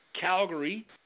Calgary